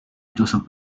joseph